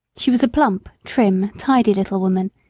she was a plump, trim, tidy little woman,